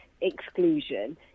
exclusion